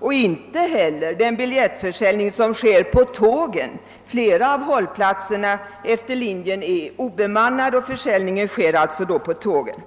och inte heller med biljettförsäljningen på tågen — flera av hållplatserna efter linjen är obemannade, och många resande köper alltså sina biljetter på tågen.